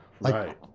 right